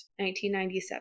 1997